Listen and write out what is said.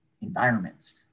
environments